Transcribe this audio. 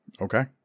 okay